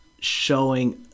showing